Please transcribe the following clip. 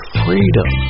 freedom